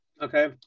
Okay